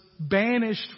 banished